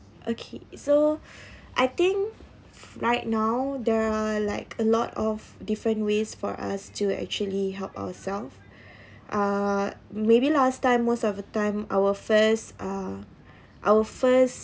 okay so I think right now there are like a lot of different ways for us to actually help ourselves uh maybe last time most of the time our first uh our first